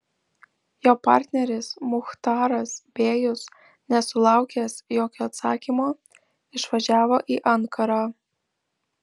jo partneris muchtaras bėjus nesulaukęs jokio atsakymo išvažiavo į ankarą